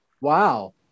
Wow